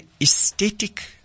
aesthetic